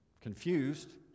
confused